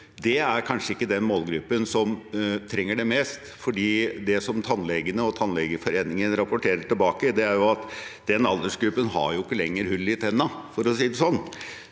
at det kanskje ikke er den målgruppen som trenger det mest. Det tannlegene og Tannlegeforeningen rapporterer tilbake, er at den aldersgruppen ikke lenger har hull i tennene,